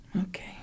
Okay